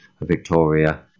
Victoria